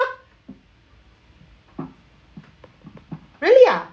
really ah